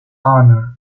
corner